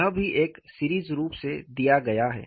यह भी एक सीरीज रूप में दिया गया है